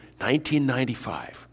1995